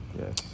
Yes